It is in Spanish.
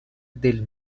del